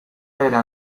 era